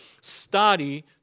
Study